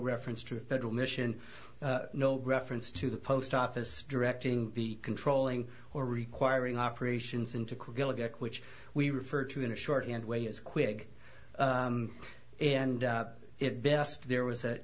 reference to a federal mission no reference to the post office directing the controlling or requiring operations into which we refer to in a short and way as quick and it best there was